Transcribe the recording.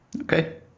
Okay